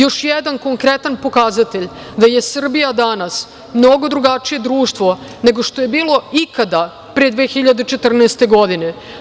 Još jedan konkretan pokazatelj da je Srbija danas mnogo drugačije društvo nego što je bilo ikada, pre 2014. godine.